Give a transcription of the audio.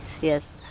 yes